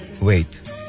Wait